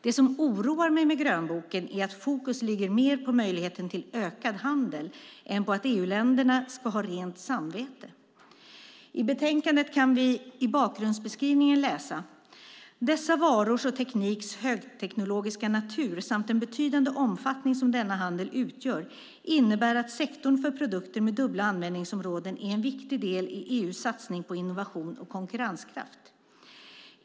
Det som oroar mig med grönboken är att fokus ligger mer på möjligheten till ökad handel än på att EU-länderna ska ha rent samvete. I utlåtandet kan vi i bakgrundsbeskrivningen läsa: "Dessa varors och tekniks högteknologiska natur samt den betydande omfattning som denna handel utgör innebär att sektorn för produkter med dubbla användningsområden är en viktig del i EU:s satsning på innovation och konkurrenskraft.